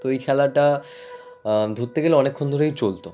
তো এই খেলাটা ধরতে গেলে অনেকক্ষণ ধরেই চলতো